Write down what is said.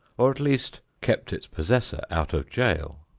or at least kept its possessor out of jail.